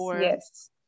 yes